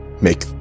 make